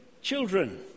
children